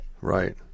Right